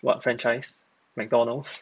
what franchise McDonald's